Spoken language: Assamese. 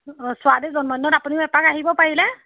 অঁ ছোৱালীৰ জন্ম দিনত আপুনিও এপাক আহিব পাৰিলে